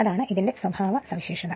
ഇതാണ് അതിന്റെ സ്വഭാവ സവിശേഷത